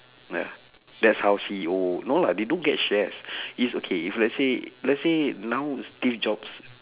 ya that's how C_E_O no lah they don't get shares is okay let's say let's say now steve-jobs